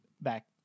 back